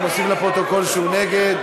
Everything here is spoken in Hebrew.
אני מוסיף לפרוטוקול שהוא נגד,